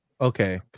okay